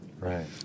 Right